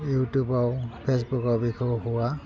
इउटुबाव फेजबुकआव बेखौ होवा